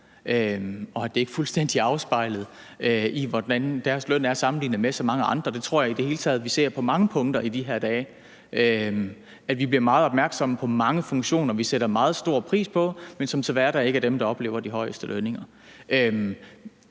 og at det ikke fuldstændig afspejles i, hvordan deres løn er sammenlignet med så mange andres. Det tror jeg i det hele taget vi ser på mange områder i de her dage, nemlig at vi bliver meget opmærksomme på mange funktioner, som vi sætter meget stor pris på, men som ikke til hverdag er dem, der oplever at have de højeste lønninger.